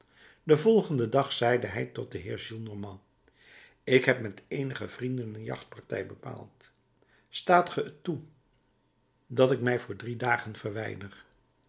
den volgenden dag zeide hij tot den heer gillenormand ik heb met eenige vrienden een jachtpartij bepaald staat ge het toe dat ik mij voor drie dagen verwijder